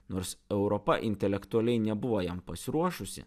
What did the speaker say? nors europa intelektualiai nebuvo jam pasiruošusi